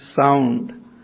sound